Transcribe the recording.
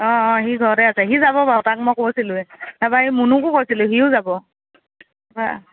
অ অ সি ঘৰতে আছে সি যাব বাৰু তাক মই কৈছিলোঁৱে তাৰপৰা এই মুনুকো কৈছিলোঁ সিও যাব হয়